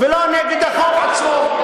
ולא נגד החוק עצמו.